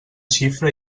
xifra